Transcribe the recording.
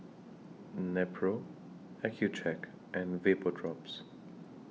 Nepro Accucheck and Vapodrops